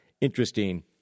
interesting